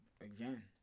again